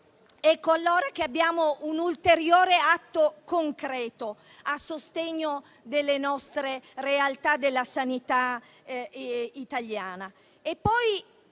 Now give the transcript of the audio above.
Ecco, allora, un ulteriore atto concreto a sostegno delle realtà della sanità italiana.